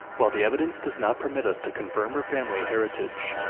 while the evidence does not permit us to confirm her family heritage,